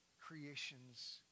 creations